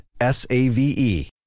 S-A-V-E